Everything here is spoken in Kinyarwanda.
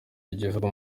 y’igihugu